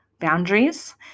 boundaries